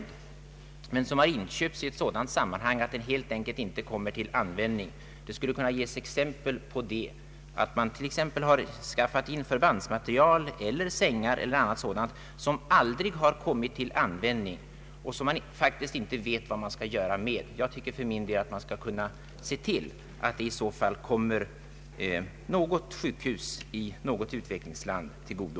Det kan vara materiel — t.ex. förbandsmaterial, sängar — som knappast kommit till användning och som av något skäl inte kan utnyttjas. Jag anser att man borde kunna se till att sådan utrustning kommer sjukhus i något u-land till godo.